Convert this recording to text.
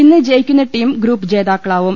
ഇന്ന് ജയി ക്കുന്ന ടീം ഗ്രൂപ്പ് ജേതാക്കളാവും